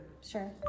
Sure